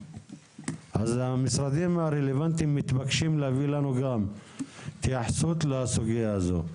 אז המשרדים הרלוונטיים מתבקשים להביא לנו גם התייחסות לסוגיה הזו.